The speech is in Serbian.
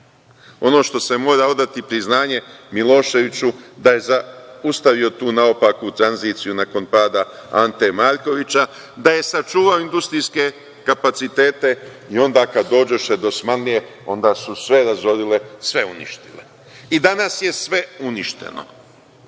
Ono što se mora odati priznanje Miloševiću da je zaustavio tu naopaku tranziciju nakon pada Ante Markovića, da je sačuvao industrijske kapacitete i onda kada dođoše Osmanlije, onda su sve razorile, sve uništile. I, danas je sve uništeno.